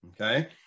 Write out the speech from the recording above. Okay